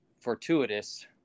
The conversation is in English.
fortuitous